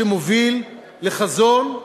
שמוביל לחזון?